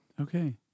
Okay